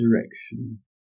direction